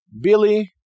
Billy